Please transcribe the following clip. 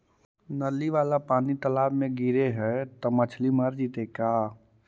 नली वाला पानी तालाव मे गिरे है त मछली मर जितै का?